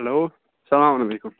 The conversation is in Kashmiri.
ہٮ۪لو السَلام علیکُم